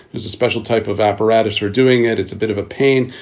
there's a special type of apparatus for doing it. it's a bit of a pain.